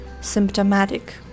symptomatic